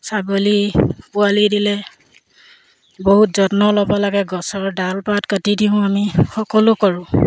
ছাগলী পোৱালি দিলে বহুত যত্ন ল'ব লাগে গছৰ ডাল পাত কাটি দিওঁ আমি সকলো কৰোঁ